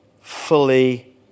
fully